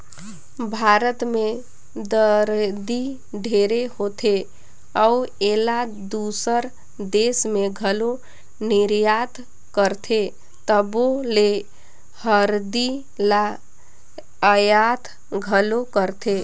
भारत में हरदी ढेरे होथे अउ एला दूसर देस में घलो निरयात करथे तबो ले हरदी ल अयात घलो करथें